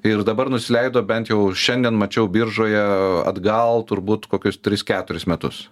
ir dabar nusileido bent jau šiandien mačiau biržoje atgal turbūt kokius tris keturis metus